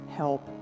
help